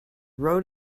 road